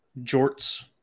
jorts